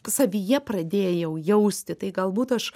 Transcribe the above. savyje pradėjau jausti tai galbūt aš